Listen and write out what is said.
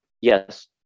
yes